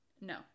No